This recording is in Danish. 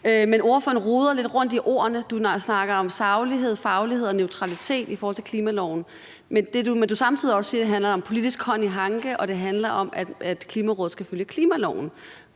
Men ordføreren roder lidt rundt i ordene. Du snakker om saglighed, faglighed og neutralitet i forhold til klimaloven. Men det, du samtidig også siger, handler om at have politisk hånd i hanke med det, og det handler om, at Klimarådet skal følge klimaloven.